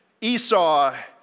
Esau